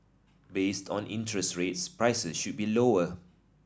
based on interest rates prices should be lower